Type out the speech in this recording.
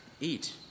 Eat